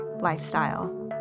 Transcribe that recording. lifestyle